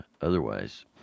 otherwise